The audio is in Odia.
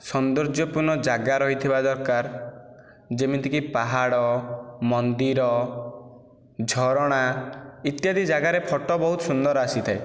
ସୌନ୍ଦର୍ଯ୍ୟପୂର୍ଣ୍ଣ ଜାଗା ରହିଥିବା ଦରକାର ଯେମିତିକି ପାହାଡ଼ ମନ୍ଦିର ଝରଣା ଇତ୍ୟାଦି ଜାଗାରେ ଫଟୋ ବହୁତ ସୁନ୍ଦର ଆସିଥାଏ